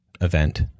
event